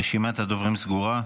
רשימת הדוברים סגורה.